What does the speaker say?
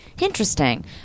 interesting